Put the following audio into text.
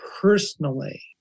personally